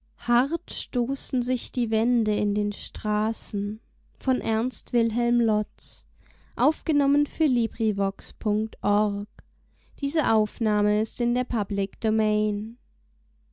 hart stoßen sich die wände in den straßen vom